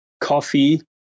coffee